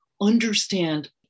understand